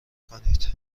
کنید